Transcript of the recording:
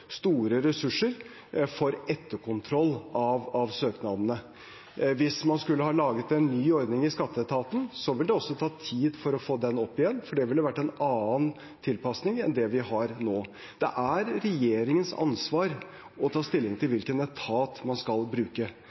store ressurser på etterkontroll av søknadene. Hvis man skulle ha laget en ny ordning i skatteetaten, ville det også tatt tid å få den opp igjen, for det ville vært en annen tilpasning enn vi har nå. Det er regjeringens ansvar å ta stilling til hvilken etat man skal bruke.